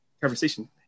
conversation